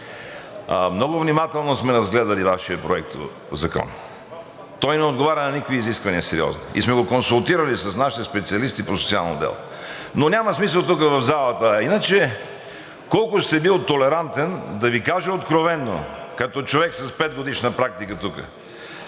много внимателно сме разгледали Вашия законопроект. Той не отговаря на никакви сериозни изисквания и сме го консултирали с наши специалисти по социално дело, но няма смисъл тук, в залата. А иначе колко сте бил толерантен, да Ви кажа откровено като човек с 5-годишна практика тук: